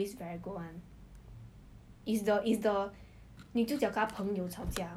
I guess but very white his skin is very white and you know the